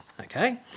okay